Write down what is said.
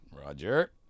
Roger